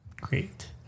great